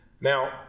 Now